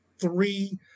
three